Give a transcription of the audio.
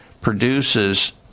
produces